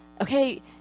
Okay